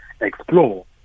explore